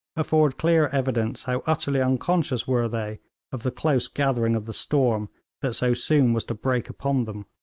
afford clear evidence how utterly unconscious were they of the close gathering of the storm that so soon was to break upon them.